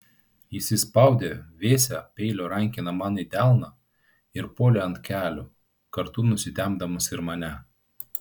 jis įspraudė vėsią peilio rankeną man į delną ir puolė ant kelių kartu nusitempdamas ir mane